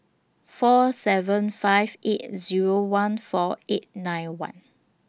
four seven five eight Zero one four eight nine one